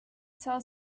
sell